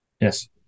Yes